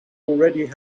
already